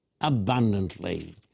abundantly